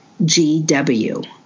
GW